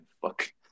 fuck